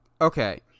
Okay